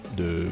de